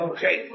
Okay